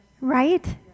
right